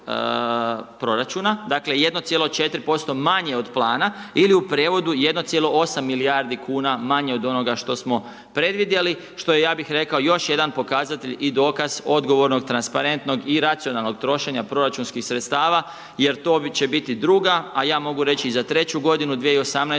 dakle, 1,4% manje od plana ili u prijevodu 1,8 milijardi kuna manje od onoga što smo predvidjeli, što je, ja bih rekao još jedan pokazatelj i dokaz odgovornog transparentnog i racionalnog trošenja proračunskih sredstava jer to će biti druga, a ja mogu reći i za treću godinu 2018.